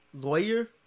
Lawyer